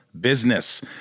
business